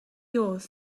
yours